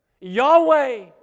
Yahweh